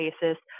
basis